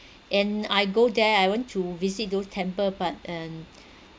and I go there I want to visit those temple but um